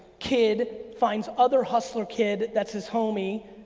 kid finds other hustler kid that's his homey,